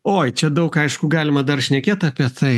oi čia daug aišku galima dar šnekėt apie tai